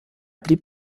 blieb